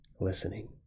listening